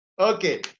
Okay